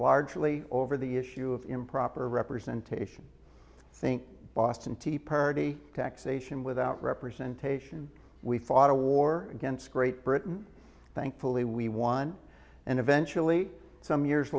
julie over the issue of improper representation think boston tea party taxation without representation we fought a war against great britain thankfully we won and eventually some years